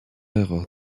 erreur